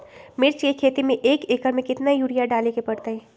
मिर्च के खेती में एक एकर में कितना यूरिया डाले के परतई?